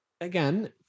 again